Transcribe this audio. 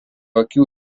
akių